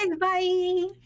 Bye